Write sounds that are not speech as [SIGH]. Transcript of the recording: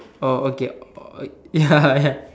oh okay uh ya ya [LAUGHS]